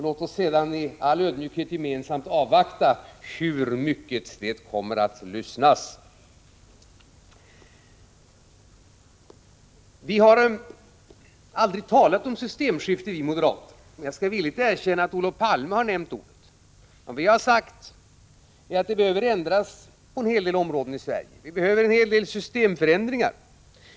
Låt oss sedan i all ödmjukhet gemensamt avvakta hur mycket man faktiskt kommer att lyssna. Vi moderater har aldrig talat om systemskifte — jag skall villigt erkänna att Olof Palme har nämnt ordet. Vad vi har sagt är att det behövs ändringar på en hel del områden i Sverige; vi behöver en hel del systemförändringar.